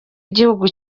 igihugu